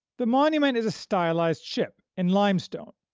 the monument is a stylized ship, in limestone,